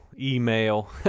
email